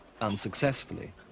unsuccessfully